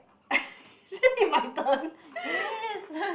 isn't it my turn